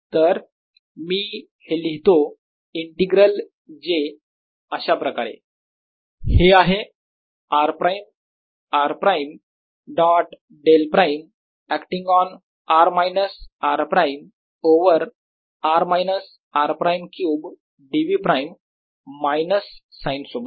तर मी हे लिहितो इंटीग्रल j अशाप्रकारे हे आहे r prime r prime dot del prime acting on r minus r prime over r minus r prime cube dv prime minus sine सोबत